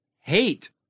hate